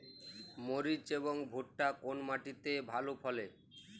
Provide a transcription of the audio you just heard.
মরিচ এবং ভুট্টা কোন মাটি তে ভালো ফলে?